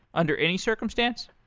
under any circumstance?